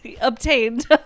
obtained